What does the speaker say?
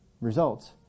results